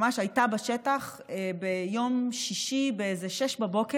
ממש הייתה בשטח ביום שישי ב-06:00,